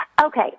Okay